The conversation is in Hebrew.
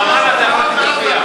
ברמאללה אתה יכול להיות עם כאפיה.